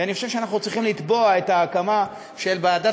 ואני חושב שאנחנו צריכים לתבוע את ההקמה של ועדת